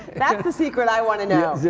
that's the secret i want to know.